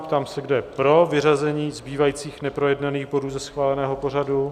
Ptám se, kdo je pro vyřazení zbývajících neprojednaných bodů ze schváleného pořadu?